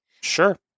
Sure